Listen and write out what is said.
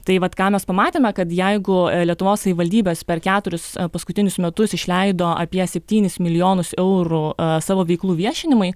tai vat ką mes pamatėme kad jeigu lietuvos savivaldybės per keturis paskutinius metus išleido apie septynis milijonus eurų savo veiklų viešinimui